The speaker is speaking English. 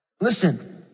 Listen